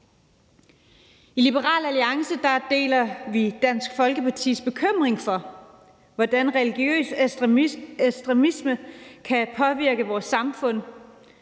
I Liberal Alliance deler vi Dansk Folkepartis bekymring for, hvordan religiøs ekstremisme kan påvirke vores samfund,